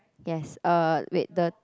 yes uh wait the